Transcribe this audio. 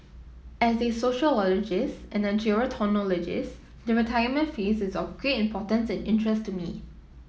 as a sociologist and a gerontologist the retirement phase is of great importance and interest to me